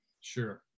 Sure